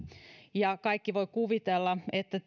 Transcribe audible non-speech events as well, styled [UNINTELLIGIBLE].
ja kaikki voivat kuvitella että [UNINTELLIGIBLE]